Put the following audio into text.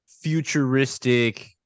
futuristic